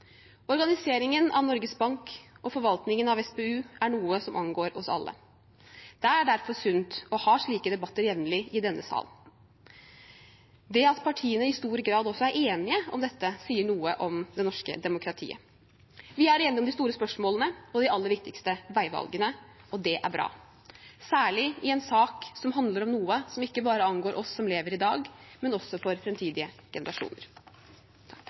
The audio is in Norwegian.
Organiseringen av Norges Bank og forvaltningen av SPU er noe som angår oss alle. Det er derfor sunt å ha slike debatter jevnlig i denne sal. Det at partiene i stor grad også er enige om dette, sier noe om det norske demokratiet. Vi er enige om de store spørsmålene og de aller viktigste veivalgene, og det er bra – særlig i en sak som handler om noe som ikke bare angår oss som lever i dag, men også framtidige generasjoner.